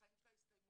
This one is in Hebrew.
החיים שלה הסתיימו.